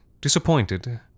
disappointed